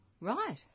Right